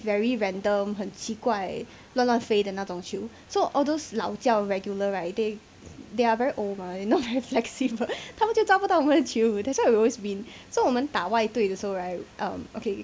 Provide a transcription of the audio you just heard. very random 很奇怪乱乱飞的那种球 so all those 老 jiao regular right they they are very old mah you know very flexible 他们就抓不到我们的球 that's why we always win so 我们打外对的时候 right um okay